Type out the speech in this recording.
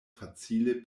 facile